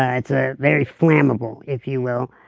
yeah it's ah very flammable if you will,